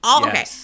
Okay